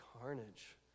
carnage